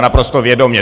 Naprosto vědomě.